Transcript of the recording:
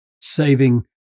saving